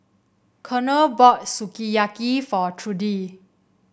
Konnor bought Sukiyaki for Trudi